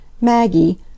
Maggie